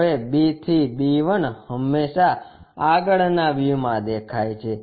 હવે B થી B 1 હંમેશાં આગળના વ્યૂમાં દેખાય છે